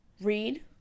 read